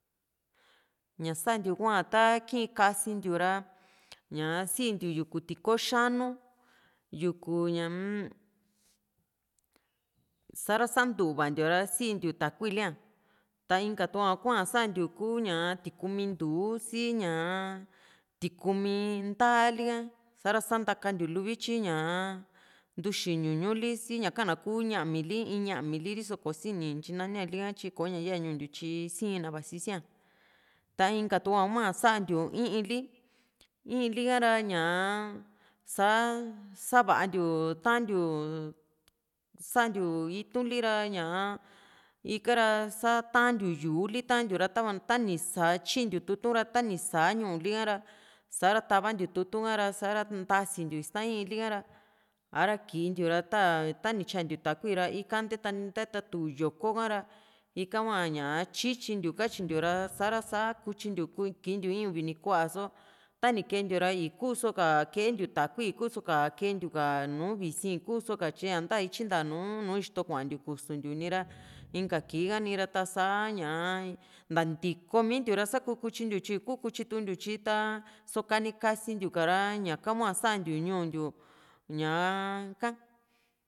ña santiu hua ta kii´n kasintiu ra ñaa sintiu yuku tiko xa´nu yuku ñaa-m sa´ra sa ntuvantiu ra siintiu takuili a ta inka tua hua santiu ku ñaa tikumi ntu´u si ñaa tikumi ndaali ka sa´ra sandakantiu luvityi ñaa ntuxi ñuñu li si ñaka na kuu ñami li in ñamili riso kosini intyi nania li´ka tyi kò´o ña ya ñuu ntiu tyi siina vasi sía ta inka tuu hua santiu i´iin li i´iin likara ñaa saa savantiu tantiu santiu itu´nli ra ñaa ika´ra sa tantiu yuuli tantiu ra tava taani tyintiu tutu ra tani saa ñu´uli kara sa´ra tavantiu tutu ha´ra sa´ra ntasintiu istaa i´iinlika ra a´ra kiintiu ra nta tani tyantiu takuira ika nteta nti nteta tu yoko ka ra ika hua ñaa tyityintiu katyintiu ra a´ra sa´ra kutyintiu in uvi uni kua só tani kentiu ra iikuso ka kentiu takui ikuso ka keentiu ka nu visi ikuso ka tyia sanp ta ityi ntaso nùù ixto kuantiu nira inka kii ha nira tasa ñaa ntaa ntiko mintiu ra saku kutyintiu tyi ii kuu kutyi tukuntiu tyi taa soo kani kasintiu ka´ra ñaka hua sa ntiu ñuu ntiu ñaa ka